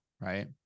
right